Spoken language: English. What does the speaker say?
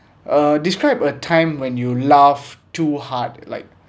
uh describe a time when you laugh too hard like